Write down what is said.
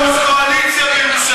יש ראש קואליציה בירושלים.